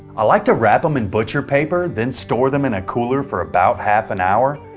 i like to wrap them in butcher paper, then store them in a cooler for about half an hour.